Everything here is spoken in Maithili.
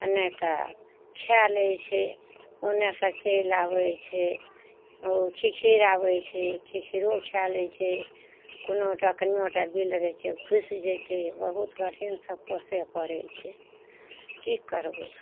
आओर नहि तऽ खा लै छै ओनेसँ चलि आबय छै ओ खिखीर आबय छै खिखीरो खा लै छै कोनोटा कनिओटा बिल रहय छै घुसि जाइ छै बहुत कठिनसँ पोसय पड़य छै की करबय